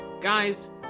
Guys